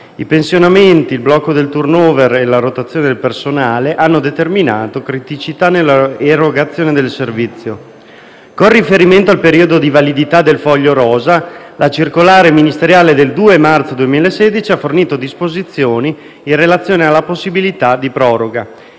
I pensionamenti, il blocco del *turnover* e la rotazione di personale hanno determinato criticità nell'erogazione del servizio. Con riferimento al periodo di validità del foglio rosa, la circolare ministeriale del 2 marzo 2016 ha fornito disposizioni in relazione alla possibilità di proroga.